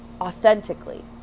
authentically